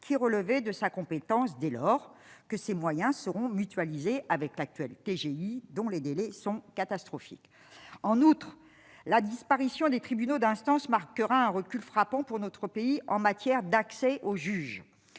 qui relevait de sa compétence, dès lors que ces moyens seront mutualisés avec l'actuel TGI dont les délais sont catastrophiques en outre la disparition des tribunaux d'instance, marquera un recul frappant pour notre pays en matière d'accès aux juges